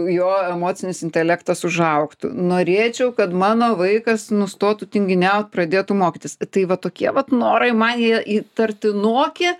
jo emocinis intelektas užaugtų norėčiau kad mano vaikas nustotų tinginiaut pradėtų mokytis tai vat tokie vat norai man jie įtartinoki